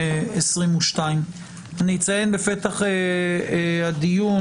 אני אציין בפתח הדיון,